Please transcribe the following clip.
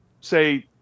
say